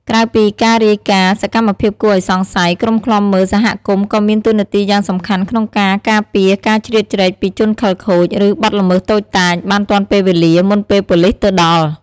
ក្រៅពីការរាយការណ៍សកម្មភាពគួរឱ្យសង្ស័យ ក្រុមឃ្លាំមើលសហគមន៍ក៏មានតួនាទីយ៉ាងសំខាន់ក្នុងការ ការពារការជ្រៀតជ្រែកពីជនខិលខូច ឬបទល្មើសតូចតាចបានទាន់ពេលវេលា មុនពេលប៉ូលិសទៅដល់។